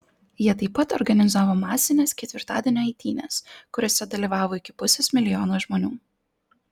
jie taip pat organizavo masines ketvirtadienio eitynes kuriose dalyvavo iki pusės milijono žmonių